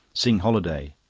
sing holiday!